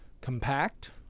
compact